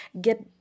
get